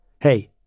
Hey